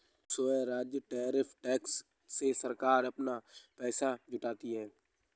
राजस्व tariff tax से सरकार अपना पैसा जुटाती है